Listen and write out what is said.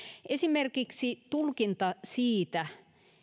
esimerkiksi tulkinnassa siitä